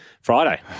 Friday